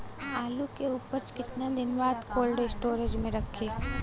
आलू के उपज के कितना दिन बाद कोल्ड स्टोरेज मे रखी?